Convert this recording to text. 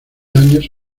años